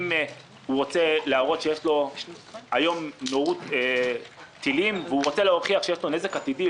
אם היום נורו טילים והוא רוצה להוכיח שיש לו נזק עתידי,